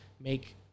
make